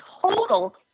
total